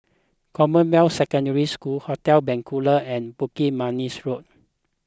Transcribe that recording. Commonwealth Secondary School Hotel Bencoolen and Bukit Manis Road